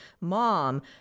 Mom